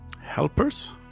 Helpers